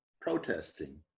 protesting